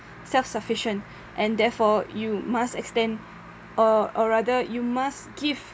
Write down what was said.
self sufficient and therefore you must extend or or rather you must give